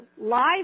live